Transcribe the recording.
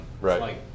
Right